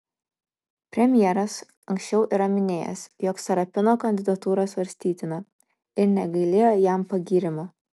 premjeras anksčiau yra minėjęs jog sarapino kandidatūra svarstytina ir negailėjo jam pagyrimų